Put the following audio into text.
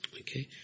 Okay